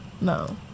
no